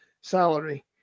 salary